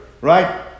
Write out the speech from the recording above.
right